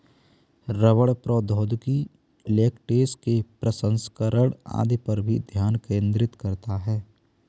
रबड़ प्रौद्योगिकी लेटेक्स के प्रसंस्करण आदि पर भी ध्यान केंद्रित करता है